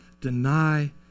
deny